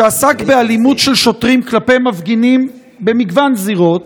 שעסק באלימות של שוטרים כלפי מפגינים במגוון זירות,